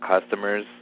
customers